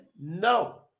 No